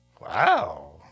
Wow